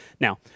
Now